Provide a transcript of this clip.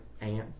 aunt